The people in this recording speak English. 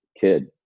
kid